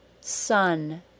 sun